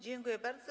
Dziękuję bardzo.